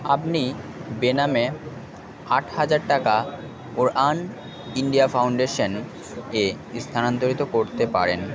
আপনি বেনামে আট হাজার টাকা উড়ান ইণ্ডিয়া ফাউণ্ডেশান এ স্থানান্তরিত করতে পারেন